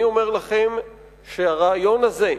אני אומר לכם שהרעיון הזה,